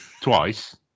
twice